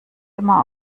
immer